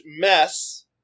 mess